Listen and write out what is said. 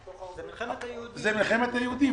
זאת מלחמת היהודים.